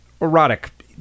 erotic